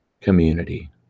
community